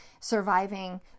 surviving